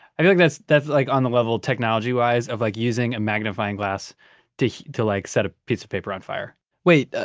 i feel like that's that's like on the level, technology-wise, of like using a magnifying glass to heat to like set a piece of paper on fire wait,